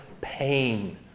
pain